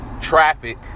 traffic